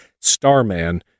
Starman